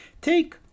Take